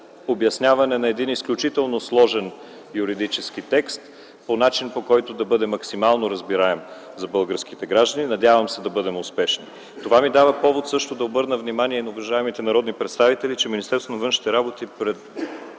обясняване на един изключително сложен юридически текст по начин, който да бъде максимално разбираем за българските граждани. Надявам се да бъдем успешни. Това ми дава повод да обърна внимание на уважаемите народни представители, че Министерството на външните работи предвижда